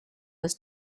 was